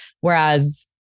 Whereas